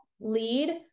lead